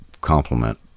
compliment